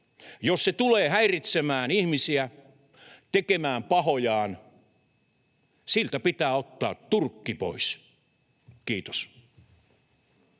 Jos se tulee häiritsemään ihmisiä, tekemään pahojaan, siltä pitää ottaa turkki pois. — Kiitos.